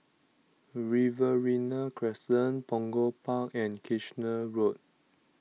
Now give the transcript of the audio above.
Riverina Crescent Punggol Park and Kitchener Road